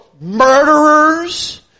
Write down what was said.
murderers